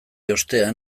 ostean